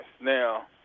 Now